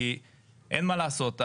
כי אין מה לעשות.